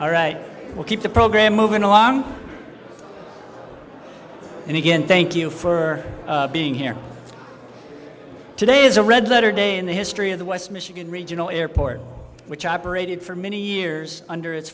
all right we'll keep the program moving along and again thank you for being here today is a red letter day in the history of the west michigan regional airport which operated for many years under its